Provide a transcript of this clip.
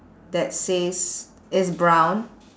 that says it's brown